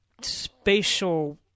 spatial